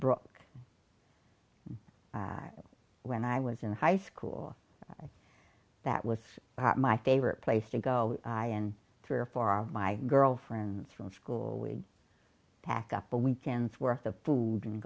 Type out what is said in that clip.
brook when i was in high school that was my favorite place to go and three or four of my girlfriends from school we pack up the weekends worth of food and